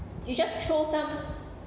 you just throw some